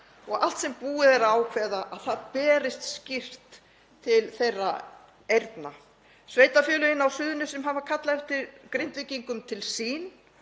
að allt sem búið er að ákveða berist skýrt til þeirra eyrna. Sveitarfélögin á Suðurnesjum hafa kallað eftir Grindvíkingum til sín